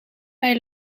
bij